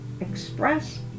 express